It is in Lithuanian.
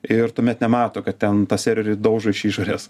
ir tuomet nemato kad ten tą serverį daužo iš išorės